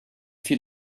fit